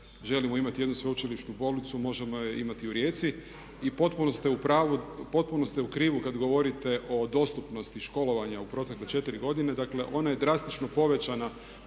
želimo imati jednu sveučilišnu bolnicu možemo je imati u Rijeci i potpuno ste u krivu kad govorite o dostupnosti školovanja u protekle četiri godine. Dakle, ona je drastično povećana